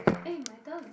eh my turn